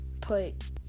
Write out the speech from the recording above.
put